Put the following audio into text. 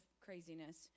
craziness